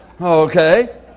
okay